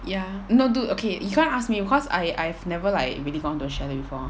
ya no dude okay you can't ask me cause I I've never like really gone to a chalet before